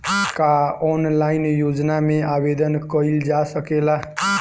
का ऑनलाइन योजना में आवेदन कईल जा सकेला?